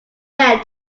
bear